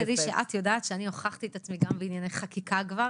ורק שתדעי שאת יודעת שאני הוכחתי את עצמי גם בענייני חקיקה כבר